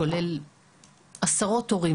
כולל עשרות הורים,